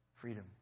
freedom